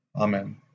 Amen